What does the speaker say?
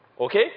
Okay